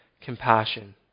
compassion